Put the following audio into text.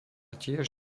tiež